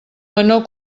menor